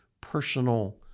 personal